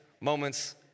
moments